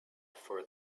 for